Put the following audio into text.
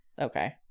okay